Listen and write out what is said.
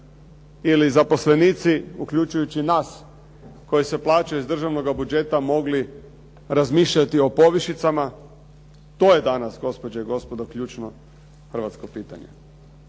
ili zaposlenici, uključujući nas koji se plaćaju iz državnoga budžeta mogli razmišljati o povišicama? To je danas gospođe i gospodo ključno hrvatsko pitanje.